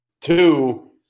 Two